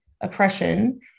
oppression